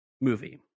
movie